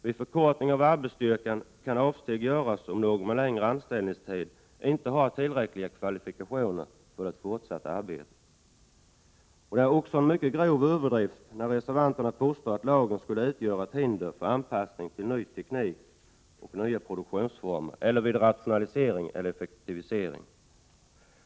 Vid förkortning av arbetsstyrkan kan avsteg göras om någon med längre anställningstid inte har tillräckliga kvalifikationer för det fortsatta arbetet. Det är också en mycket grov överdrift när reservanterna påstår att lagen skulle utgöra ett hinder för anpassning till ny teknik och nya produktionsformer eller vid rationalisering och effektivisering.